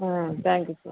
ம் thank you sir